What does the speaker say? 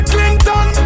Clinton